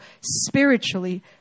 spiritually